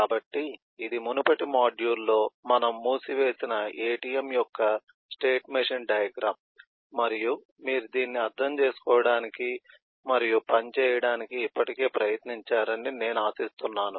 కాబట్టి ఇది మునుపటి మాడ్యూల్లో మనం మూసివేసిన ATM యొక్క స్టేట్ మెషిన్ డయాగ్రమ్ మరియు మీరు దీన్ని అర్థం చేసుకోవడానికి మరియు పని చేయడానికి ఇప్పటికే ప్రయత్నించారని నేను ఆశిస్తున్నాను